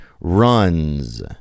runs